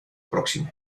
próximo